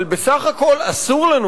אבל בסך הכול אסור לנו,